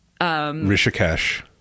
Rishikesh